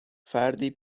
فردی